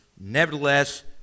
Nevertheless